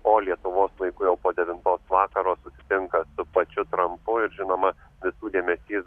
o lietuvos laiku jau po devintos vakaro sutinka su pačiu trampu ir žinoma visų dėmesys